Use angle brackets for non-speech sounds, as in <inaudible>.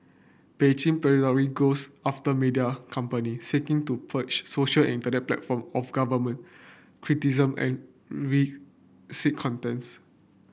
Beijing periodically goes after media company seeking to purge social and internet platform of government criticism and <unintelligible>